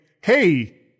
hey